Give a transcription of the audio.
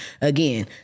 Again